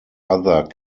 other